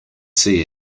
see